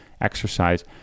exercise